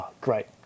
great